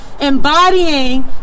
embodying